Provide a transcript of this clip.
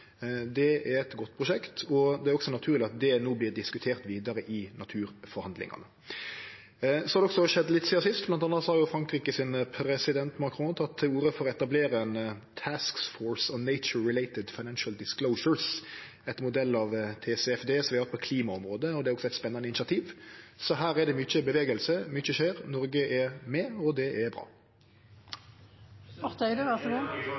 Det er eit godt prosjekt, og det er også naturleg at det no vert diskutert vidare i naturforhandlingane. Det har også skjedd litt sidan sist: Blant anna har Frankrikes president Macron teke til orde for å etablere ein Task Force on Nature-related Financial Disclosures etter modell av TCFD som vi har på klimaområdet. Det er eit spennande initiativ. Så her er det mykje i bevegelse, mykje skjer. Noreg er med, og det er